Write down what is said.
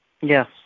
Yes